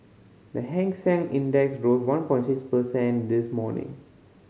the Hang Seng Index rose one this morning